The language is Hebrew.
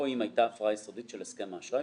או אם הייתה הפרה יסודית של הסכם האשראי